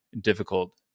difficult